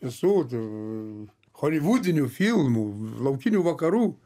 ir su holivudinių filmų laukinių vakarų